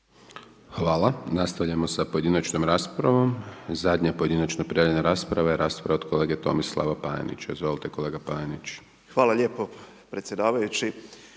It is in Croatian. Hvala. Nastavljamo sa pojedinačnom raspravom. Zadnja pojedinačna prijavljena rasprava, je rasprava od kolege Tomislava Panenića, izvolite kolega Panenenić. **Panenić, Tomislav